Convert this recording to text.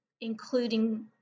including